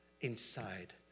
inside